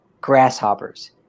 grasshoppers